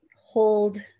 hold